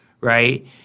right